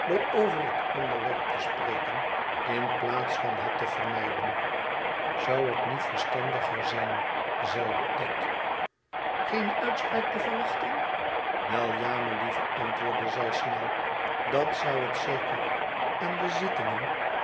over het onderwerp te spreken in plaats van het te vermijden zou het niet verstandiger zijn zeide ik geene uitspraak te verwachten wel ja melieve antwoordde zij snel dat zou het zeker en de zittingen